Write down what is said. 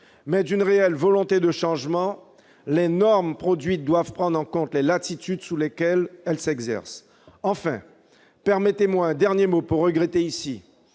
mais d'une réelle volonté de changement : les normes produites doivent prendre en compte les latitudes sous lesquelles elles s'exercent ! Enfin, permettez-moi un dernier mot pour regretter que